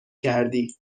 کردی